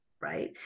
right